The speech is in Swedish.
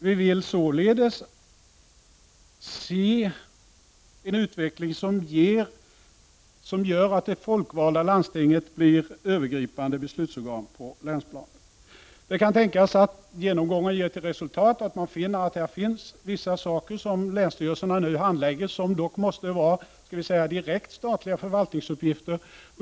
Vi vill se en utveckling som leder till att de folkvalda landstingen blir övergripande beslutsorgan på länsplanet. Det kan tänkas att genomgången ger till resultat att man finner att vissa uppgifter som länsstyrelserna handlägger måste vara direkt statliga förvaltningsuppgifter.